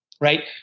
Right